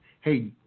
Hey